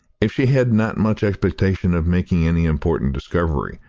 if she had not much expectation of making any important discovery,